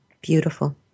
Beautiful